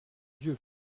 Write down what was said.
dieu